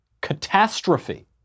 catastrophe